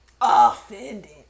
offended